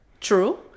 True